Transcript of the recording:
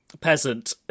peasant